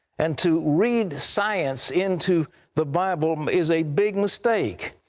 and to read science into the bible um is a big mistake,